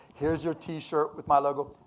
here's your t-shirt with my logo,